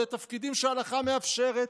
בתפקידים שההלכה מאפשרת,